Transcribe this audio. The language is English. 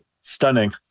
Stunning